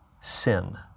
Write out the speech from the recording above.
sin